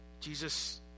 Jesus